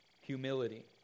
Humility